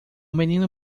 menino